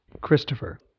Christopher